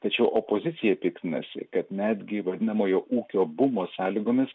tačiau opozicija piktinasi kad netgi vadinamojo ūkio bumo sąlygomis